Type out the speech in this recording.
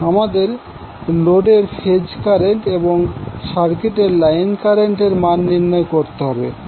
আমাদের লোডের phase current এবং সার্কিটের লাইন কারেন্টের মান নির্ণয় করতে হবে